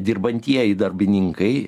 dirbantieji darbininkai